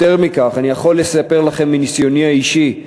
יותר מכך, אני יכול לספר לכם מניסיוני האישי,